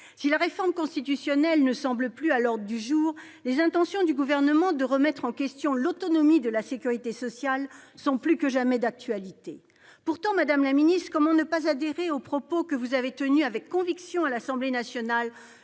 Si la réforme constitutionnelle ne semble plus à l'ordre du jour, les intentions du Gouvernement de remettre en question l'autonomie de la sécurité sociale sont plus que jamais d'actualité. Pourtant, madame la ministre, comment ne pas adhérer aux propos que vous avez tenus avec conviction à l'Assemblée nationale